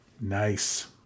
Nice